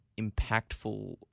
impactful